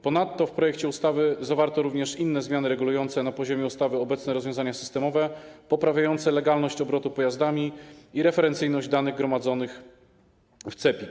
Ponadto w projekcie ustawy zawarto również inne zmiany regulujące na poziomie ustawy obecne rozwiązania systemowe poprawiające legalność obrotu pojazdami i referencyjność danych gromadzonych w CEPiK.